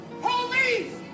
Police